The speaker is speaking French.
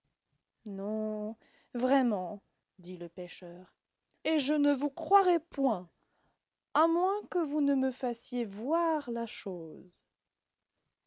non vraiment dit le pêcheur et je ne vous croirai point à moins que vous ne me fassiez voir la chose